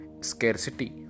scarcity